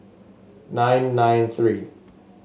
nine nine three